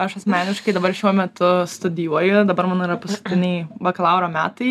aš asmeniškai dabar šiuo metu studijuoju dabar mums yra paskutiniai bakalauro metai